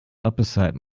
opposite